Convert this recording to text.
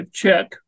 check